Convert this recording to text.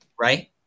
Right